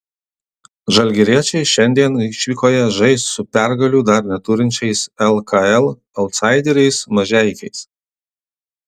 žalgiriečiai šiandien išvykoje žais su pergalių dar neturinčiais lkl autsaideriais mažeikiais